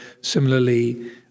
similarly